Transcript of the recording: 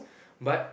but